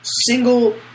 single